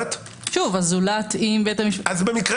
שוב זולת אם בית המשפט --- אז במקרה